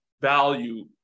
value